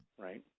right